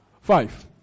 Five